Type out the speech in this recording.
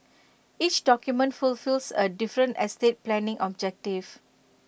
each document fulfils A different estate planning objective